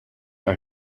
are